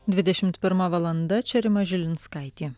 dvidešimt pirma valanda čia rima žilinskaitė